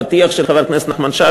הפתיח של חבר הכנסת נחמן שי,